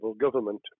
government